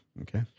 okay